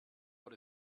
out